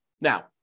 Now